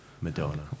Madonna